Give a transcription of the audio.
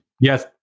yes